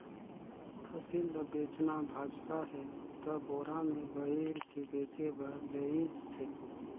फसिल ल बेचना भाजना हे त बोरा में भइर के बेचें बर लेइज थें